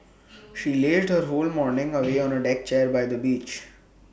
she lazed her whole morning away on A deck chair by the beach